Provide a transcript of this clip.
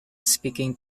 speaking